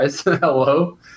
hello